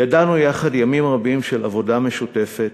ידענו יחד ימים רבים של עבודה משותפת,